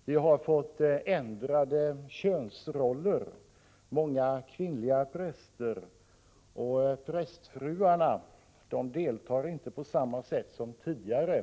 Könsrollerna har ändrats; det har kommit många kvinnliga präster, och prästfruarna deltar inte på samma sätt som tidigare